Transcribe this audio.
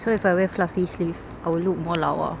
so if I wear fluffy sleeve I will look more lawa